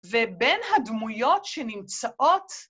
ובין הדמויות שנמצאות